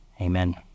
Amen